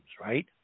right